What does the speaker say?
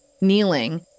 Kneeling